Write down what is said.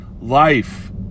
life